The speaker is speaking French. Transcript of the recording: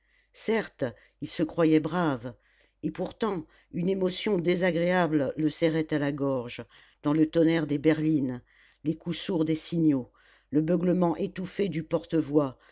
certes il se croyait brave et pourtant une émotion désagréable le serrait à la gorge dans le tonnerre des berlines les coups sourds des signaux le beuglement étouffé du porte-voix